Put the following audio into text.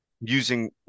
using